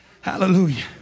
Hallelujah